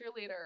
cheerleader